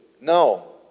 No